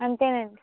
అంతేనండి